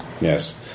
Yes